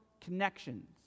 connections